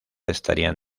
estarían